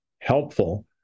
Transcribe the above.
helpful